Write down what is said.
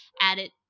added